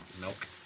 Milk